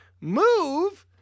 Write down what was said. move